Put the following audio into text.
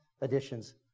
additions